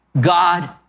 God